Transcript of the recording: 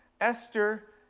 Esther